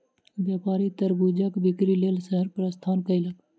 व्यापारी तरबूजक बिक्री लेल शहर प्रस्थान कयलक